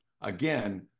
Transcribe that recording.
again